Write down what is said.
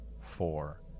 four